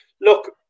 look